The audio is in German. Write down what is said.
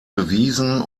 bewiesen